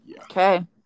Okay